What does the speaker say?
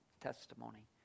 testimony